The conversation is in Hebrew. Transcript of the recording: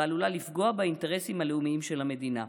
ועלולה לפגוע באינטרסים הלאומיים של המדינה.